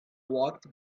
walked